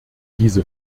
diese